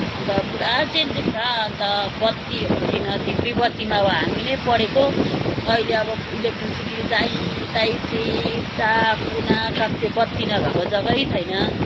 अन्त पुरा चेन्जेस छ अन्त बत्तीहरू थिएन धिप्री बत्तीमा हो हामी नै पढेको अहिले अब इलेक्ट्रिसिटी जहीँतहीँ चेपचाप कुनाकाप्चा बत्ती नभएको जग्गै छैन